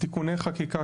תיקוני חקיקה,